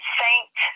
saint